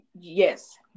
yes